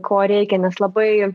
ko reikia nes labai